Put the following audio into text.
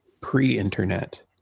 pre-internet